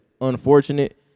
unfortunate